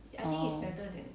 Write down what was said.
orh